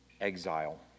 exile